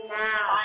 now